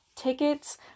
Tickets